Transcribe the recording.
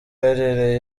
aherereye